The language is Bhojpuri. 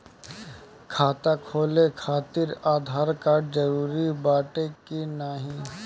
खाता खोले काहतिर आधार कार्ड जरूरी बाटे कि नाहीं?